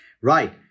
Right